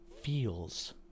Feels